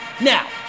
Now